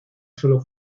solo